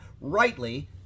rightly